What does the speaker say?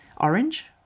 orange